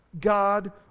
God